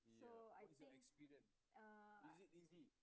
so I think err I